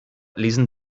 lesen